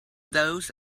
those